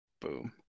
Boom